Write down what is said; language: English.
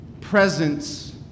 presence